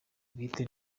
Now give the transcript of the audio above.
bwite